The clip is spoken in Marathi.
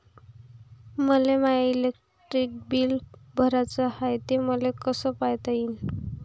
मले माय इलेक्ट्रिक बिल भराचं हाय, ते मले कस पायता येईन?